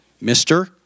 mister